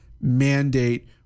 mandate